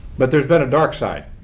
but there's been a dark side,